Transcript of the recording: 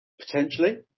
Potentially